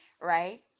right